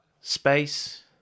Space